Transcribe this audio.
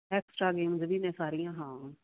extra games ਵੀ ਨੇ ਸਾਰੀਆਂ ਹਾਂ